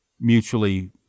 mutually